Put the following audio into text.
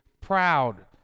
proud